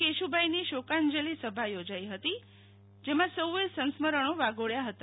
કેશુ ભાઈની સૌકાજલિ સભા યોજાઈ હતી જેમાં સૌએ સંસ્મરણો વાગોબ્યા હતા